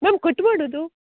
ನಮ್ಮ ಕಟ್ ಮಾಡೋದು